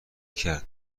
کرد